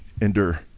endure